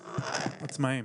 עצמאים.